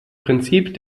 prinzip